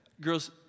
Girls